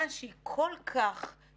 אין כאן מנצח,